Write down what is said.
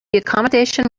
accommodation